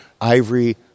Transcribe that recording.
ivory